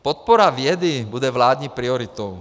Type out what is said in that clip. Podpora vědy bude vládní prioritou.